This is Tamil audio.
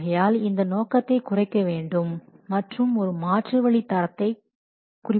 ஆகையால் இந்த நோக்கத்தை குறைக்கவேண்டும் மற்றும் ஒரு மாற்று வழி தரத்தை குறிப்பதாகும்